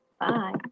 Bye